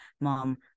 Mom